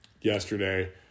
yesterday